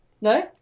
No